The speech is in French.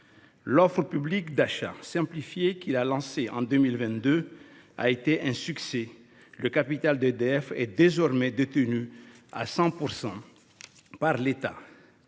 L’offre publique d’achat simplifiée qu’il a lancée en 2022 a été un succès : le capital d’EDF est désormais détenu à 100 % par l’État.